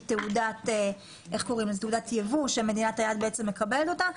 תעודת יבוא שמדינת היעד מקבלת אותה,